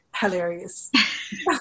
hilarious